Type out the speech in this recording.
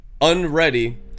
unready